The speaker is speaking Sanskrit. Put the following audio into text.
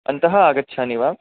अन्तः आगच्छानि वा